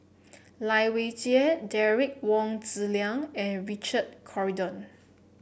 Lai Weijie Derek Wong Zi Liang and Richard Corridon